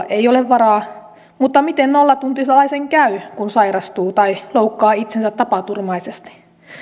ei ole varaa mutta miten nollatuntilaisen käy kun sairastuu tai loukkaa itsensä tapaturmaisesti